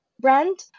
brand